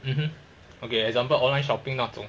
mmhmm okay example online shopping 那种